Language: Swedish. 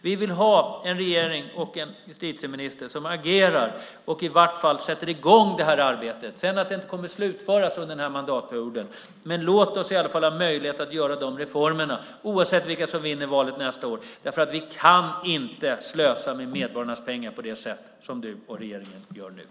Vi vill ha en regering och en justitieminister som agerar, i varje fall sätter i gång med det här arbetet. Att det sedan inte kommer att slutföras under den här mandatperioden är en sak. Men låt oss i alla fall ha en möjlighet att göra de här reformerna, oavsett vilka som vinner valet nästa år! Vi kan nämligen inte slösa med medborgarnas pengar så som du och regeringen nu gör.